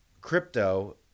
crypto